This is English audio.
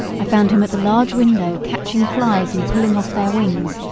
i found him at the large window catching flies and pulling off their wings.